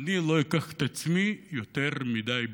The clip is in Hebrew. שאני לא אקח את עצמי יותר מדי ברצינות.